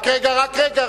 רק רגע,